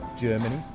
Germany